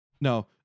No